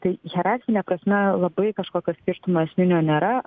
tai hierarchine prasme labai kažkokio skirtumo esminio nėra